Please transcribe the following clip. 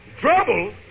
Trouble